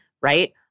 right